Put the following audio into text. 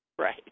Right